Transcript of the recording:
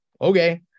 okay